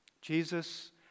Jesus